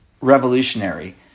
revolutionary